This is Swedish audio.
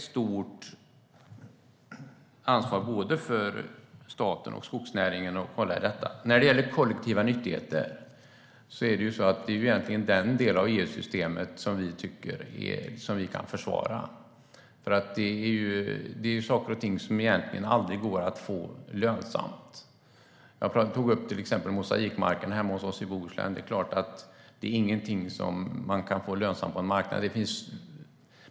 Sedan var det frågan om kollektiva nyttigheter. Det är egentligen den del av EU-systemet som vi kan försvara. Det finns saker och ting som aldrig kan bli lönsamma. Jag tog upp mosaikmarken hemma i Bohuslän. Det är inget som kan bli lönsamt på en marknad.